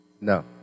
No